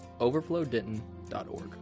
overflowdenton.org